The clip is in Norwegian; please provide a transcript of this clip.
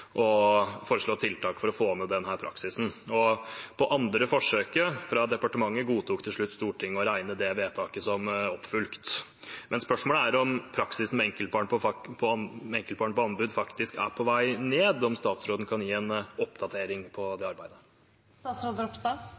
og foreslå tiltak for å få ned den praksisen. På andre forsøket fra departementet godtok til slutt Stortinget å regne det vedtaket som fulgt opp, men spørsmålet er om praksisen med enkeltbarn på anbud faktisk er på vei ned, og om statsråden kan gi en oppdatering på det